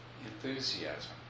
enthusiasm